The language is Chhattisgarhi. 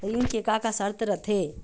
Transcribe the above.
ऋण के का का शर्त रथे?